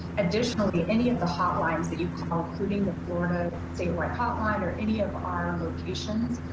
additionally, any of the hotlines that you call, including the florida statewide hotline or any of our locations,